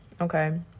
okay